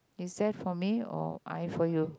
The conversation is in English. is that for me or I for you